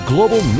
Global